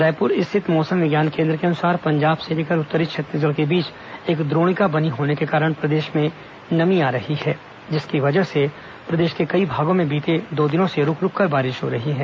रायपुर स्थित मौसम विभाग केंद्र के अनुसार पंजाब से लेकर उत्तरी छत्तीसगढ़ के बीच एक द्रोणिका बनी होने के कारण प्रदेश में नमी आ रही है जिसकी वजह से प्रदेश के कई भागों में बीते दो दिनों से रुक रुक कर बारिश हो रही है